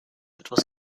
etwas